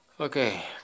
okay